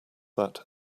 that